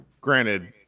Granted